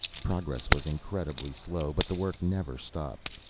progress was incredibly slow, but the work never stopped.